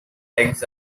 eggs